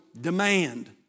demand